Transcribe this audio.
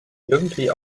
irgendwie